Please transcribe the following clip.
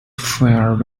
fired